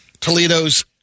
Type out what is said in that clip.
Toledo's